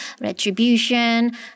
retribution